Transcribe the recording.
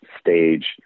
stage